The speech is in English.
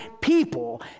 people